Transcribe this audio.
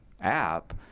app